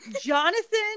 Jonathan